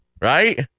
right